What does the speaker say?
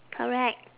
correct